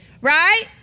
right